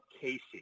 Casey